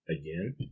again